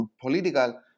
political